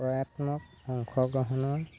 পৰায়াত্মক অংশগ্ৰহণৰ